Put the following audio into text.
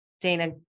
Dana